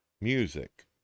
music